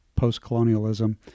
postcolonialism